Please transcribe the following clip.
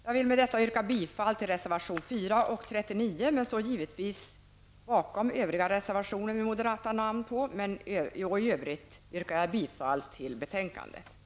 Jag vill med detta yrka bifall till reservationerna 4 och 39. Jag står givetvis bakom övriga reservationer med moderata namn på. I övrigt yrkar jag bifall till utskottets hemställan.